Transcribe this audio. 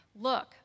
Look